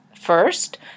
first